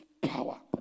power